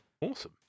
Awesome